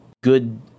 good